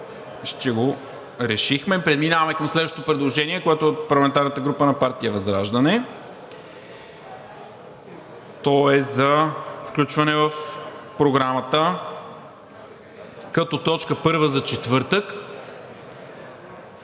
че го решихме. Преминаваме към следващото предложение, което е от парламентарната група на партия ВЪЗРАЖДАНЕ. То е за включване в Програмата като т. 1 за четвъртък